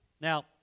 Now